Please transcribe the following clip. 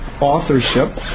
authorship